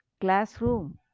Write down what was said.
Classroom